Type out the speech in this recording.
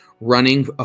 running